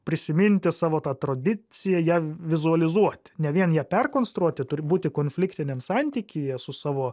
prisiminti savo tą tradiciją ją vizualizuoti ne vien ją perkonstruoti turi būti konfliktiniam santykyje su savo